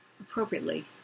appropriately